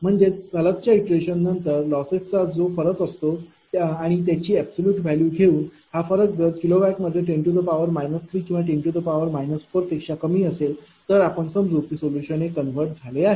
म्हणजे सलगच्या इटरेशननंतर लॉसेस चा जो फरक असतो आणि त्याची ऐब्सलूट व्हॅल्यू घेऊन हा फरक जर kilowatts मध्ये10 3 किंवा 10 4 पेक्षा कमी असेल तरआपण समजू की सोल्युशन हे कंवर्जड् झाले आहे